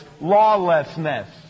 lawlessness